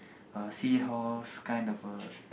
a seahorse kind of a